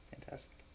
Fantastic